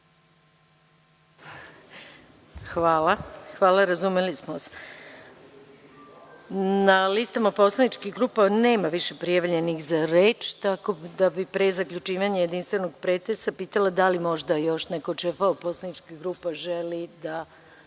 Hvala, razumeli smo vas. Na listama poslaničkih grupa nema više prijavljenih za reč tako da bih pre zaključivanja jedinstvenog pretresa pitala da li još neko od šefova poslaničkih grupa želi da